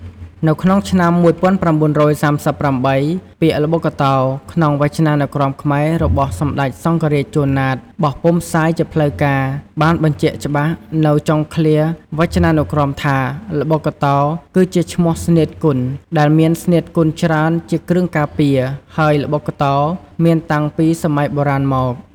នៅក្នុងឆ្នាំ ១៩៣៨ ពាក្យ "ល្បុក្កតោ " ក្នុងវចនានុក្រមខ្មែររបស់សម្ដេចសង្ឃរាជ ជួន ណាត បោះពុម្ពផ្សាយជាផ្លូវការណ៍ បានបញ្ចាក់ច្បាស់នៅចុងឃ្លាវចនានុក្រមថា ល្បុក្កតោ គឺជាឈ្មោះស្នៀតគុន ដែលមានស្នៀតគុនច្រើនជាគ្រឿងការពារ ហើយល្បុក្កតោ មានតាំងពីសម័យបុរាណមក ។